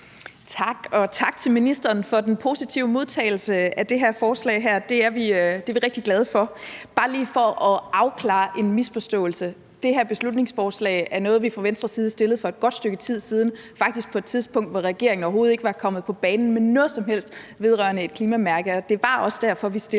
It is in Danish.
tak til ministeren for den positive modtagelse af det her forslag. Det er vi rigtig glade for. Bare lige for at afklare en misforståelse: Det her beslutningsforslag er noget, vi fra Venstres side fremsatte for et godt stykke tid siden, faktisk på et tidspunkt, hvor regeringen overhovedet ikke var kommet på banen med noget som helst vedrørende et klimamærke. Det var også derfor, vi fremsatte